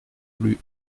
plus